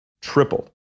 Tripled